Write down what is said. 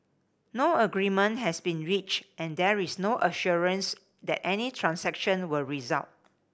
no agreement has been reached and there is no assurance that any transaction will result